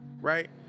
right